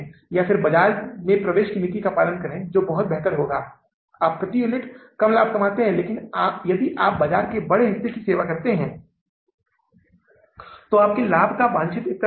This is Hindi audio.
आइए हम अगले विवरण को अगस्त महीने के लिए जारी रखें और वित्तपोषण व्यवस्था के बारे में बात करें यदि आप वित्तपोषण व्यवस्था के बारे में बात करते हैं तो पहला भाग उधार है हमारे पास अधिशेष है